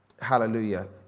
Hallelujah